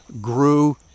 grew